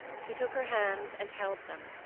he took her hands and held them.